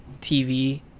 TV